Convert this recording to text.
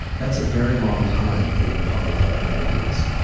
that's a very long time in the public life of ideas.